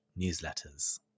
newsletters